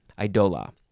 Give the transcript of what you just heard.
Idola